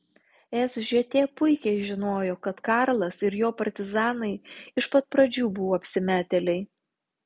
sžt puikiai žinojo kad karlas ir jo partizanai iš pat pradžių buvo apsimetėliai